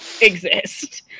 exist